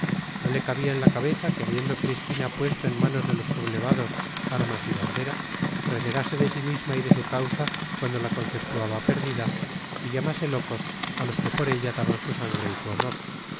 no le cabía en la cabeza que habiendo cristina puesto en manos de los sublevados armas y bandera renegase de sí misma y de su causa cuando la conceptuaba perdida y llamase locos a los que por ella daban su sangre y su honor